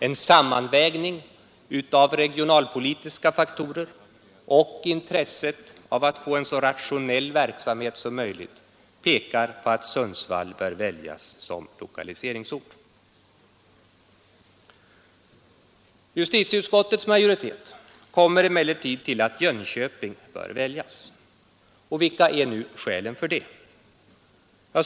En sammanvägning av regionalpolitiska faktorer och intresset av att få en så rationell verksamhet som möjligt pekar på att Sundsvall bör väljas som lokaliseringsort. Justitieutskottets majoritet kommer emellertid till att Jönköping bör väljas. Vilka är nu skälen för detta?